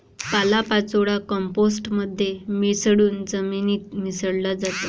पालापाचोळा कंपोस्ट मध्ये मिसळून जमिनीत मिसळला जातो